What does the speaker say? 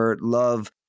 love